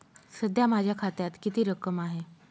सध्या माझ्या खात्यात किती रक्कम आहे?